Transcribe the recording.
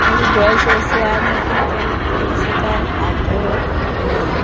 এই বয়সে এসে আর নতুন করে কোনো শেখার আগ্রহ নেই